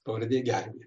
pavardė gervė